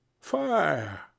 Fire